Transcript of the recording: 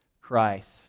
Christ